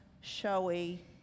showy